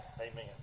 Amen